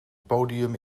podium